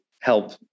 help